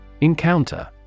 Encounter